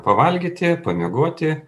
pavalgyti pamiegoti